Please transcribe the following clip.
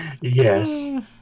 Yes